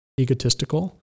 egotistical